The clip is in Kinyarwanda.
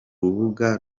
rubuga